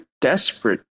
desperate